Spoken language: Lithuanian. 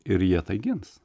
ir jie tai gins